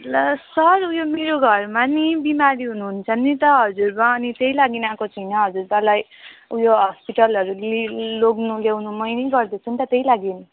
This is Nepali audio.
ला सर ऊ यो मेरो घरमा नि बिमारी हुनुहुन्छ नि त हजुरबाबा अनि त्यही लागि आएको छुइनँ हजुरबाबालाई ऊ यो हस्पिटलहरू लि लैजानु ल्याउनु मैले गर्दैछु नि त त्यही लागि